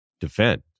defend